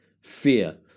fear